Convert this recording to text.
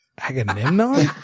Agamemnon